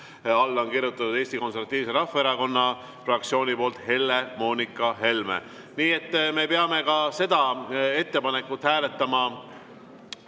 Alla on kirjutanud Eesti Konservatiivse Rahvaerakonna fraktsiooni poolt Helle-Moonika Helme. Nii et me peame seda ettepanekut hääletama